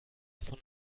von